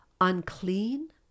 unclean